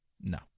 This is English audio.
no